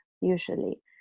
usually